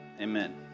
Amen